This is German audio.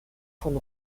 von